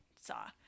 saw